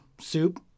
soup